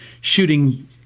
shooting